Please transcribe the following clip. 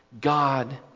God